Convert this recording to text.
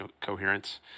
coherence